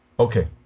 Okay